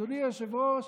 אדוני היושב-ראש,